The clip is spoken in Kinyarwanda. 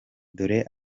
dore